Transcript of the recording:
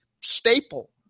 staple